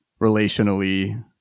relationally